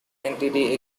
entity